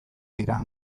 dira